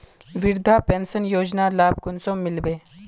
वृद्धा पेंशन योजनार लाभ कुंसम मिलबे?